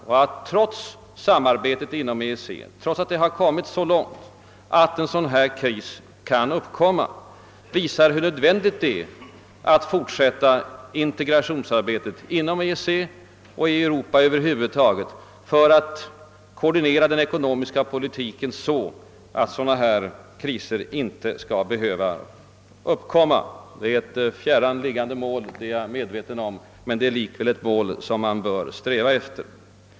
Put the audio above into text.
Att det — trots att samarbetet inom EEC kommit så långt — kan uppstå en sådan här kris visar hur nödvändigt det är att fortsätta integrationsarbetet inom EEC och i Europa över huvud taget för att koordinera den ekonomiska politiken, så att sådana valutakriser inte skall behöva uppkomma. Jag är medveten om att detta är ett fjärran liggande mål, men det är likväl ett mål som man bör sträva efter.